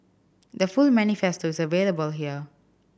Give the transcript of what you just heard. the full manifesto is available here